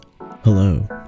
Hello